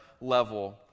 level